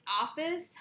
office